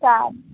સારું